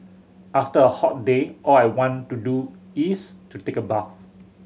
after a hot day all I want to do is to take a bath